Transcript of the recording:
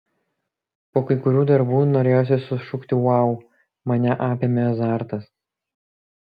po kai kurių darbų norėjosi sušukti vau mane apėmė azartas